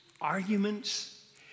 arguments